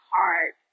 heart